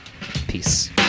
Peace